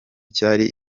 cyari